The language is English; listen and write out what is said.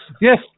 yes